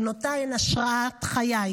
בנותיי הן השראת חיי.